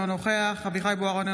אינו נוכח אביחי אברהם בוארון,